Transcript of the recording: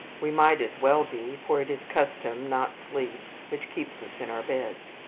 we might as well be, for it is custom, not sleep, which keeps us in our beds.